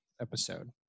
episode